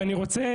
ואני רוצה,